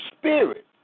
spirit